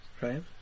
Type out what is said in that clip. right